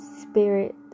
Spirit